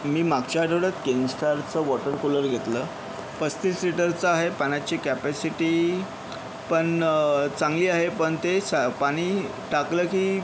मी मागच्या आठवड्यात केनस्टारचं वॉटरकूलर घेतलं पस्तीस लिटरचं आहे पाण्याची कॅपॅसिटी पण चांगली आहे पण ते स पाणी टाकलं की